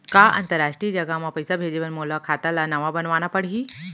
का अंतरराष्ट्रीय जगह म पइसा भेजे बर मोला खाता ल नवा बनवाना पड़ही?